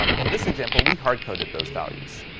um in this example we hard coded those values.